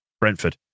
Brentford